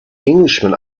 englishman